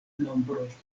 nombroj